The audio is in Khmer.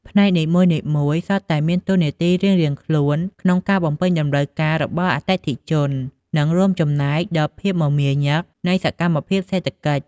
ផ្នែកនីមួយៗសុទ្ធតែមានតួនាទីរៀងៗខ្លួនក្នុងការបំពេញតម្រូវការរបស់អតិថិជន និងរួមចំណែកដល់ភាពមមាញឹកនៃសកម្មភាពសេដ្ឋកិច្ច។